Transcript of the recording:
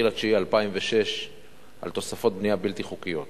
בספטמבר 2006 על תוספות בנייה בלתי חוקיות.